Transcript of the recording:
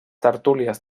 tertúlies